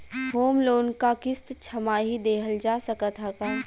Home loan क किस्त छमाही देहल जा सकत ह का?